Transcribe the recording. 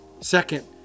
Second